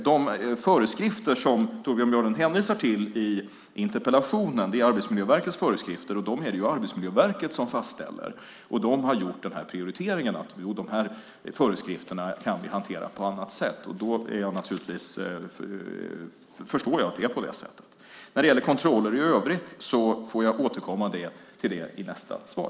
De föreskrifter som han hänvisar till i interpellationen är Arbetsmiljöverkets föreskrifter, och det är ju Arbetsmiljöverket som fastställer dem. De har gjort den prioriteringen att vi kan hantera de här föreskrifterna på annat sätt. Då förstår jag att det är på det sättet. När det gäller kontroller i övrigt får jag återkomma till det i nästa svar.